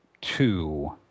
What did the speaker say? two